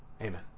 Amen